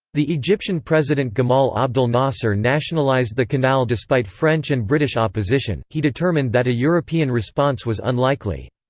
the egyptian president gamal abdel nasser nationalized the canal despite french and british opposition he determined that a european response was unlikely.